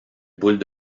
boules